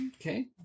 Okay